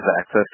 access